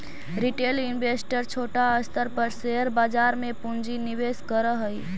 retail investor छोटा स्तर पर शेयर बाजार में पूंजी निवेश करऽ हई